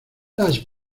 las